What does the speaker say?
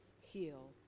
heal